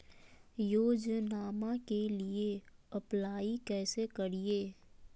योजनामा के लिए अप्लाई कैसे करिए?